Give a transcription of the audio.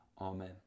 Amen